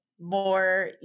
more